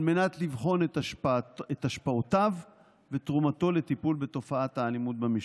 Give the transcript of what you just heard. על מנת לבחון את השפעותיו ותרומתו לטיפול בתופעת האלימות במשפחה.